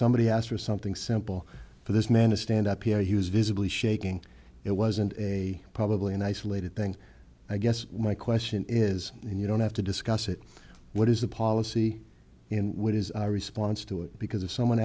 somebody asked for something simple for this man to stand up here he was visibly shaking it wasn't a probably an isolated thing i guess my question is when you don't have to discuss it what is the policy and what is our response to it because if someone